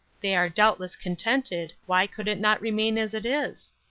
they are doubtless contented, why could it not remain as it is?